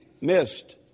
missed